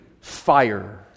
fire